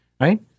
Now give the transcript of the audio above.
right